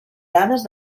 dades